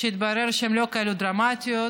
שהתברר שהן לא כאלה דרמטיות.